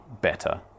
better